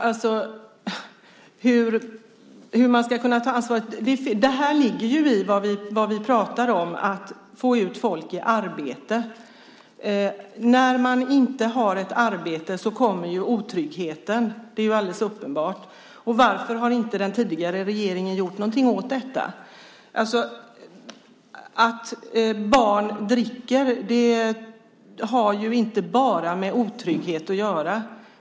Fru talman! Hur ska man kunna ta ansvaret? Detta ligger i det vi pratar om - att få ut folk i arbete. När man inte har ett arbete kommer otryggheten. Det är alldeles uppenbart. Varför har inte den tidigare regeringen gjort någonting åt detta? Att barn dricker har inte bara med otrygghet att göra.